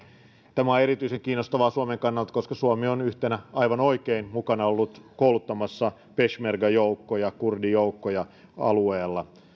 tämä on erityisen kiinnostavaa suomen kannalta koska suomi on aivan oikein yhtenä ollut mukana kouluttamassa peshmerga joukkoja kurdijoukkoja alueella